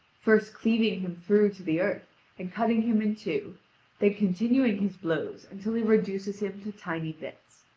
first cleaving him through to the earth and cutting him in two, then continuing his blows until he reduces him to tiny bits.